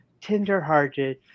tender-hearted